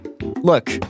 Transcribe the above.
Look